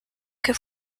que